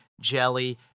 Jelly